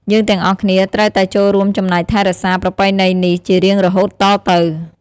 យើងទាំងអស់គ្នាត្រូវតែចូលរួមចំណែកថែរក្សាប្រពៃណីនេះជារៀងរហូតតទៅ។